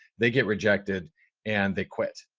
they get rejected and they quit.